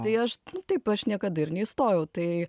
tai aš taip aš niekada ir neįstojau tai